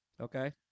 Okay